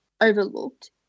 overlooked